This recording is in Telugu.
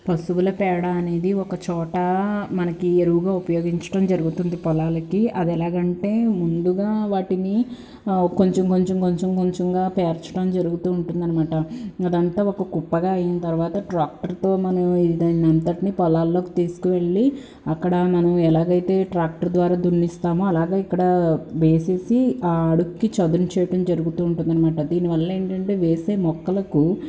పశువుల పేడ అనేది ఒక చోట మనకి ఎరువుగా ఉపయోగించటం జరుగుతుంది పొలాలకి అది ఎలాగంటే ముందుగా వాటిని కొంచెం కొంచెం కొంచెం కొంచెంగా పేర్చడం జరుగుతు ఉంటుంది అన్నమాట అది అంతా ఒక కుప్పగా అయిన తర్వాత ట్రాక్టర్తో మనం దీన్నంతటిని పొలాల్లోకి తీసుకువెళ్ళి అక్కడ మనం ఎలాగైతే ట్రాక్టర్ ద్వారా దున్నిస్తామో అలా ఇక్కడ వేసి ఆ ఆడుక్కి చదును చేయడం జరుగుతూ ఉంటుంది అన్నమాట దీనివల్ల ఏంటంటే వేసే మొక్కలకు